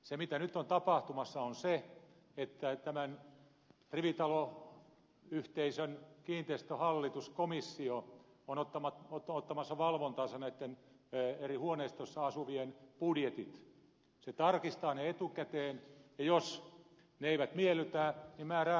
se mitä nyt on tapahtumassa on se että tämän rivitaloyhteisön kiinteistön hallitus komissio on ottamassa valvontaansa näitten eri huoneistoissa asuvien budjetit se tarkistaa ne etukäteen ja jos ne eivät miellytä määrää rangaistuksia